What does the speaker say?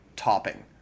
topping